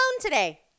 today